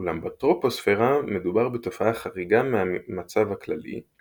אולם בטרופוספירה מדובר בתופעה חריגה מהמצב הכללי,